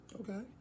Okay